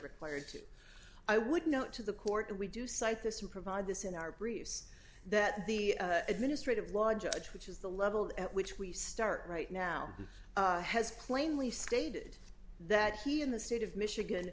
required to i would note to the court and we do cite this or provide this in our briefs that the administrative law judge which is the level at which we start right now has plainly stated that he in the state of michigan